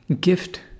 gift